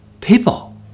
people